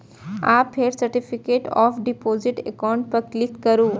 आ फेर certificate of deposit account पर क्लिक करू